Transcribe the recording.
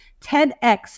TEDx